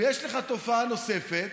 ויש לך תופעה נוספת,